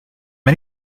are